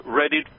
ready